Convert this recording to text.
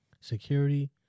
security